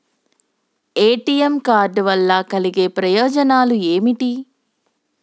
ATM card వల్ల కలిగే ప్రయోజనాలు ఏమిటి?